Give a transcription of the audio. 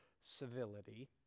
civility